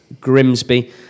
Grimsby